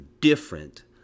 different